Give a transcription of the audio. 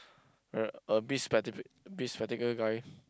a a big specta~ big spectacle guy